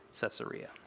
Caesarea